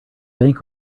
bank